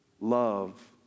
love